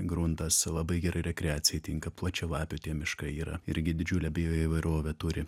gruntas labai gerai rekreacijai tinka plačialapių tie miškai yra irgi didžiulę bioįvairovę turi